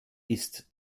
ist